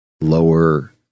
lower